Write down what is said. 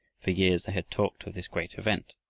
for years they had talked of this great event,